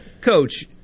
coach